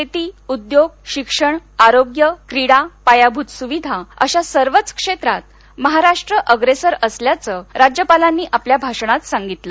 शेती उद्योग शिक्षण आरोग्य क्रीडा पायाभूत सुविधा अशा सर्वच क्षेत्रात महाराष्ट्र अप्रेसर असल्याचं राज्यपालांनी आपल्या भाषणात सांगितलं